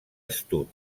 astut